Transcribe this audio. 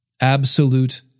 Absolute